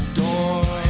door